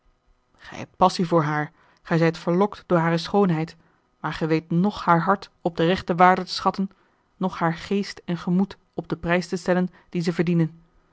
gij hebt passie voor haar gij zijt verlokt door hare schoonheid maar gij weet noch haar hart op de rechte waarde te schatten noch haar geest en gemoed op den prijs te stellen dien ze verdienen